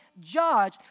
judge